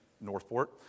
Northport